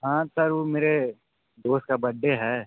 हाँ सर वो मेरे दोस्त का बड्डे है